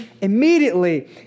immediately